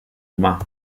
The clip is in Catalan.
humà